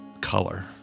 color